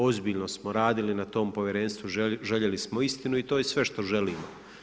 Ozbiljno smo radili na tom Povjerenstvu, željeli smo istinu i to je sve što želimo.